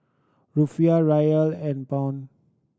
Rufiyaa Riel and Pound